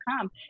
come